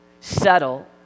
Settle